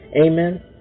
Amen